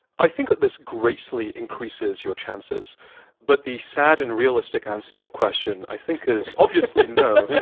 i think that this greatly increases your chances but the sad and realistic answer to your question i think is obviously no.